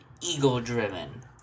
ego-driven